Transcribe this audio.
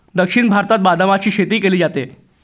दक्षिण भारतात बदामाची शेती केली जाते